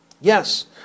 Yes